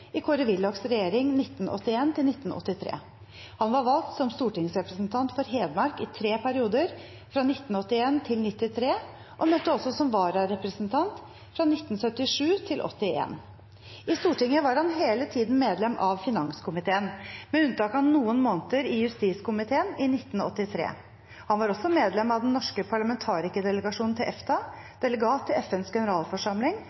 i Kåre Willochs regjering 1981–1983. Han var valgt som stortingsrepresentant for Hedmark i tre perioder fra 1981–1993, og møtte også som vararepresentant 1977–1981. I Stortinget var han hele tiden medlem av finanskomiteen, med unntak av noen måneder i justiskomiteen i 1983. Han var også medlem av den norske parlamentarikerdelegasjonen til